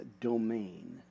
domain